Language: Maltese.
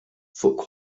fuq